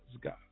God